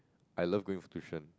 I love going for tuition